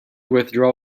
withdraw